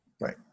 right